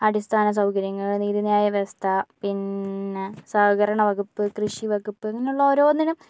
അടിസ്ഥാന സൗകര്യങ്ങള് നീതിന്യായ വ്യവസ്ഥ പിന്നെ സഹകരണ വകുപ്പ് കൃഷി വകുപ്പ് അങ്ങനെയുള്ള ഓരോന്നിനും